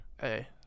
Hey